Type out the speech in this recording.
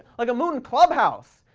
like a moon clubhouse!